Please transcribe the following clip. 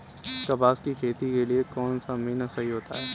कपास की खेती के लिए कौन सा महीना सही होता है?